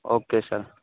okay sir